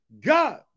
God